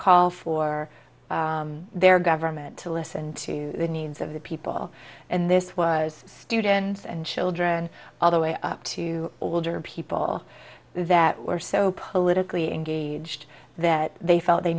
call for their government to listen to the needs of the people and this was students and children all the way up to older people that were so politically engaged that they felt they